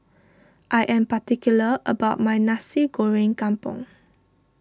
I am particular about my Nasi Goreng Kampung